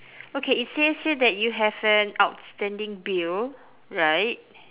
okay it says here that you have an outstanding bill right